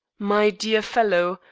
my dear fellow,